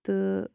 تہٕ